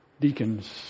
deacons